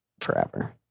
forever